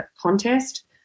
contest